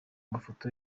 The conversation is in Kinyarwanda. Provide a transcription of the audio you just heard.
mafoto